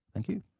thank you.